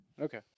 Okay